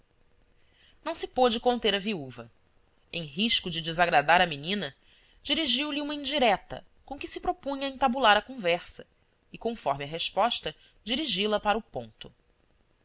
não se pôde conter a viúva em risco de desagradar a menina dirigiu-lhe uma indireta com que se propunha a entabular a conversa e conforme a resposta dirigi la para o ponto